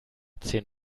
zehn